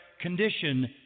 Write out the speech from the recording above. condition